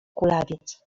kulawiec